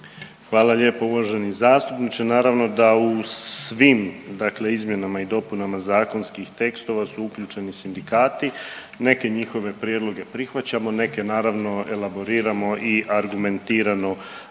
Hvala lijepo uvaženi zastupniče. Naravno da u svim, dakle izmjenama i dopunama zakonskih tekstova su uključeni sindikati. Neke njihove prijedloge prihvaćamo, neke naravno elaboriramo i argumentirano